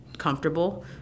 comfortable